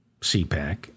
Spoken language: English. CPAC